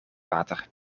water